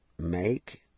Make